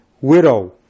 widow